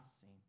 seen